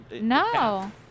No